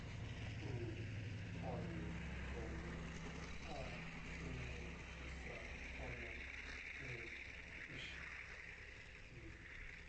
Iin, uu, oni, komi, o'on, iño, uxa, ona, íín, uxi, diez.